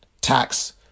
tax